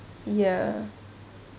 ya